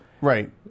right